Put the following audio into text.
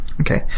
Okay